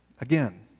again